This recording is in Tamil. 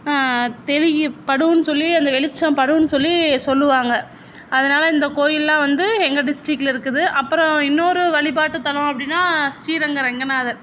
தெளிகி படுன்னு சொல்லி அந்த வெளிச்சம் படுன்னு சொல்லி சொல்லுவாங்க அதனால் இந்த கோயில்லாம் வந்து எங்கள் டிஸ்ட்ரிக்கில் இருக்குது அப்புறம் இன்னொரு வழிபாட்டுத்தலம் அப்படின்னா ஸ்ரீரங்க ரங்கநாதர்